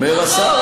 נכון.